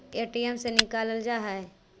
ATM से निकल जा है?